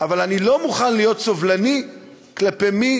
אבל אני לא מוכן להיות סובלני כלפי מי